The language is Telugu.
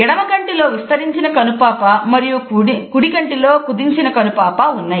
ఎడమ కంటి లో విస్తరించిన కనుపాప మరియు కుడికంటిలో కుదించిన కనుపాప ఉన్నాయి